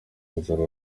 inzara